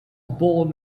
born